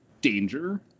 danger